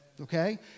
Okay